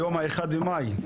היום ה-1 במאי,